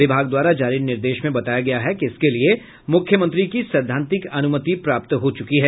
विभाग द्वारा जारी निर्देश में बताया गया है कि इसके लिये मुख्यमंत्री की सैद्धांतिक अनुमति प्राप्त हो चुकी है